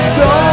go